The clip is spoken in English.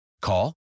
Call